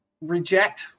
reject